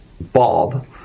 Bob